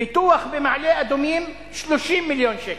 פיתוח במעלה-אדומים, 30 מיליון שקל,